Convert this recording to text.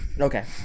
okay